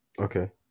Okay